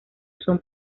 son